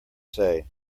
say